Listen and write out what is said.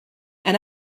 and